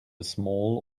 small